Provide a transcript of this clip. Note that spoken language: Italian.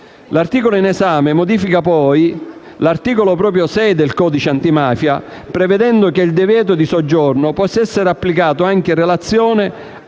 L'articolo in esame modifica, poi, l'articolo 6 del codice antimafia, prevedendo che il divieto di soggiorno possa essere applicato anche in relazione